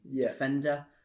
Defender